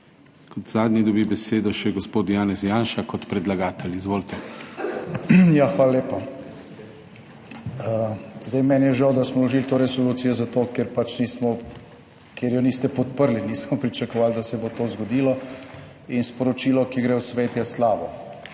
Kot zadnji dobi besedo še gospod Janez Janša kot predlagatelj, izvolite. **JANEZ (IVAN) JANŠA (PS SDS):** Ja, hvala lepa. Zdaj, meni je žal, da smo vložili to resolucijo zato, ker pač nismo, ker jo niste podprli. Nismo pričakovali, da se bo to zgodilo in sporočilo, ki gre v svet, je slabo,